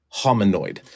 hominoid